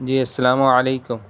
جی السلام علیکم